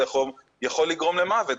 זה יכול לגרום למוות.